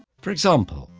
for example,